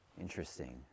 Interesting